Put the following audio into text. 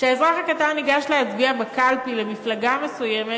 כשהאזרח הקטן ניגש להצביע בקלפי למפלגה מסוימת